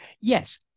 Yes